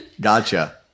Gotcha